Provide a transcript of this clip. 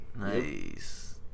Nice